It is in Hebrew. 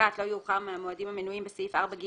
לא יאוחר מהמועדים המנויים בסעיף 4(ג)